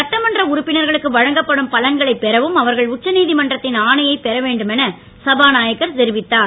சட்டமன்ற உறுப்பினர்களுக்கு வழங்கப்படும் பலன்களை பெறவும் அவர்கள் உச்சநீதிமன்றத்தின் ஆணையை பெற வேண்டும் என சபாநாயகர் தெரிவித்தார்